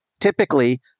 typically